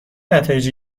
نتایجی